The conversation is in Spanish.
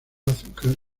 azúcar